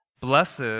blessed